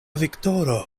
viktoro